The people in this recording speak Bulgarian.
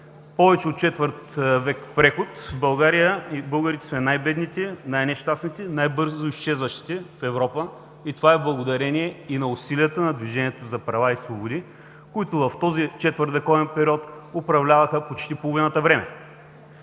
повече от четвърт век преход България и българите сме най-бедните, най-нещастните, най-бързо изчезващите в Европа – това е благодарение и на усилията на Движението за права и свободи, които в този четвъртвековен период управляваха почти половината време.